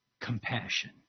compassion